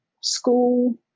school